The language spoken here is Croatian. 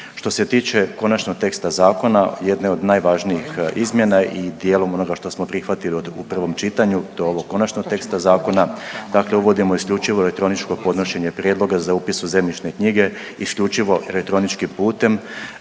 Što se tiče konačnog teksta zakona, jedan od najvažnijih izmjena i dijelom onoga što smo prihvatili u prvom čitanju do ovog konačnog teksta zakona, dakle uvodimo isključivo elektroničko podnošenje prijedloga za upis u zemljišne knjige, isključivo elektroničkim putem,